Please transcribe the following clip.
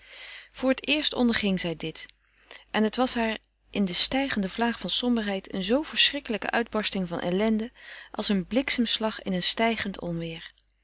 voor t eerst onderging zij dit en het was haar in de stijgende vlaag van somberheid een zoo verschrikkelijke uitbarsting van ellende als een bliksemslag in een stijgend onweer